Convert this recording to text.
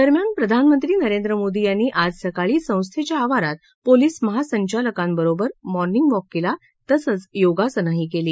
दरम्यान प्रधानमंत्री नरेंद्र मोदी यांनी आज सकाळी संस्थेच्या आवारात पोलिस महासंचालकांबरोबर मार्निंगवॉक केला तसंच योगासनंही केली